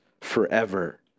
forever